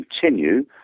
continue